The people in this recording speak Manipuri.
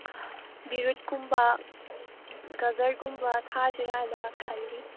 ꯕꯤꯠꯔꯨꯠꯀꯨꯝꯕ ꯒꯥꯖꯔꯒꯨꯝꯕ ꯊꯥꯁꯤꯔꯅ ꯈꯜꯂꯤ